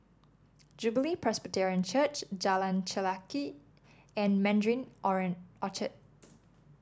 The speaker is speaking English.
Jubilee Presbyterian Church Jalan Chelagi and Mandarin orange Orchard